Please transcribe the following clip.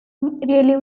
really